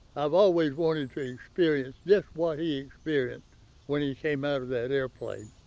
i've always wanted to experience just what he experienced when he came out of that airplane.